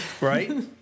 Right